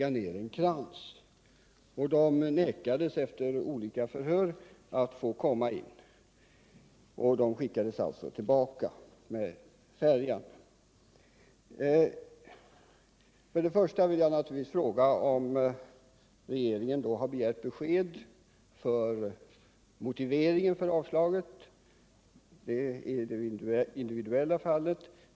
För det första vill jag naturligtvis fråga om regeringen har begärt besked om motiveringen för avslaget i detta individuella fall.